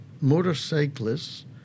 Motorcyclists